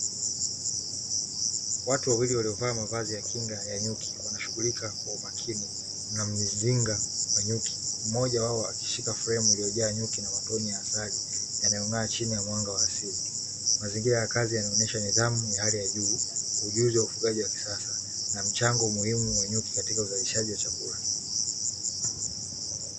Watu wawili waliovaa mavazi ya kinga ya nyuki, wanashughulika kwa umakini na mzinga wa nyuki, mmoja wao akishika fremu iliyojaa nyuki na matone ya asali yanayong'aa chini ya mwanga wa asili. Mazingira ya kazi yanaonyesha nidhamu ya hali ya juu, ujuzi wa ufugaji wa kisasa, na mchango muhimu wa nyuki katika uzalishaji wa chakula.